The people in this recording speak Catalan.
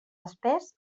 espès